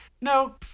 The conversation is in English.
no